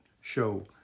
show